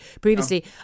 previously